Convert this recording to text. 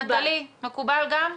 נטלי, מקובל גם?